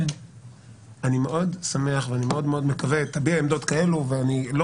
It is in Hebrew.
אני מאוד שמח ומאוד מקווה תביע עמדות כאלה ואני לא